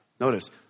notice